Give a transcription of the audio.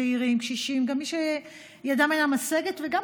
צעירים, קשישים ומי שידם אינה משגת, וגם